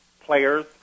players